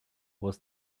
was